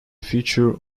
future